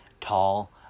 tall